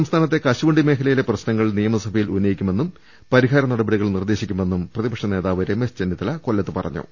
സംസ്ഥാനത്തെ കശുവണ്ടി മേഖലയിലെ പ്രശ്നങ്ങൾ നിയമസഭ യിൽ ഉന്നയിക്കുമെന്നും പരിഹാര നടപടികൾ നിർദ്ദേശിക്കുമെന്നും പ്രതി പക്ഷനേതാവ് രമേശ് ചെന്നിത്തല കൊല്ലത്ത് പറഞ്ഞു